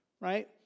right